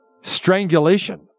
Strangulation